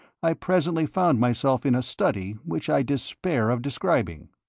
i presently found myself in a study which i despair of describing.